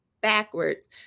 backwards